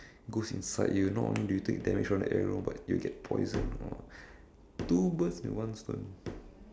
goes inside you not only do you take damage from the arrow but you get poisoned !wah! two birds with one stone